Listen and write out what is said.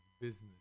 business